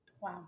Wow